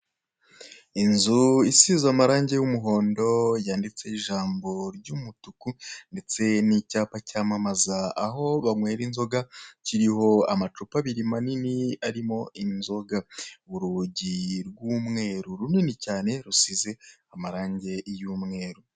Inzu isize amarangi y'umuhondo, yanditseho ijambo ry'umutuku ndetse n'icyapa cyamamaza aho banywera inzoga, kiriho amacupa abiri manini arimo inzoga. Urugi rw'umweru runini cyane rusize amarangi y'umweru.